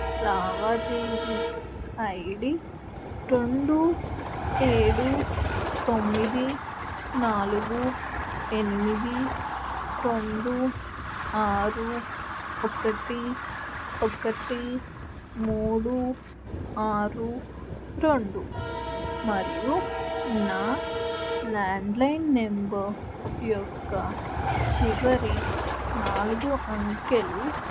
లావాదేవీ I D రొండు ఏడు తొమ్మిది నాలుగు ఎనిమిది రెండు ఆరు ఒకటి ఒకటి మూడు ఆరు రెండు మరియు నా ల్యాండ్లైన్ నంబర్ యొక్క చివరి నాలుగు అంకెలు